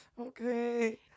Okay